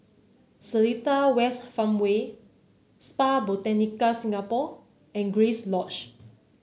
Seletar West Farmway Spa Botanica Singapore and Grace Lodge